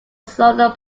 solar